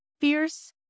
Fierce